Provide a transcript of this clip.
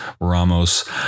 Ramos